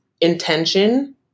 intention